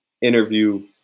interview